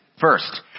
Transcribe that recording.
First